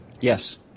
Yes